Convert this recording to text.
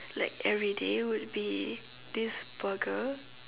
like everyday would be this burger